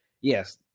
yes